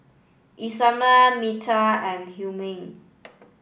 Erasmo Mattye and Humphrey